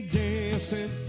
dancing